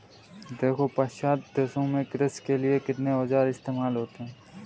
देखो पाश्चात्य देशों में कृषि के लिए कितने औजार इस्तेमाल होते हैं